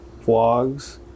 vlogs